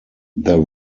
there